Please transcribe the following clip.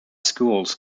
schools